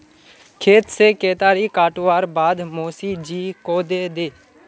खेत से केतारी काटवार बाद मोसी जी को दे दे